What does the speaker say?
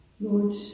Lord